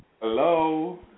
Hello